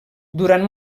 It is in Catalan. durant